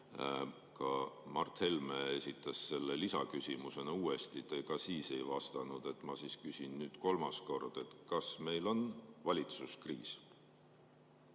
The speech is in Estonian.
Ka Mart Helme esitas selle lisaküsimusena uuesti, te ka siis ei vastanud. Ma küsin nüüd kolmas kord: kas meil on valitsuskriis?